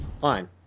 fine